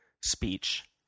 speech